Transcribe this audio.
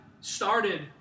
started